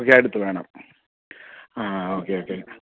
okay അടുത്ത് വേണം ആ ഓക്കേ ഓക്കേ